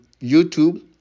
YouTube